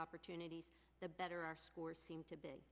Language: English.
opportunities the better our scores seem to